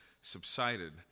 subsided